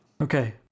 Okay